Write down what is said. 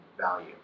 value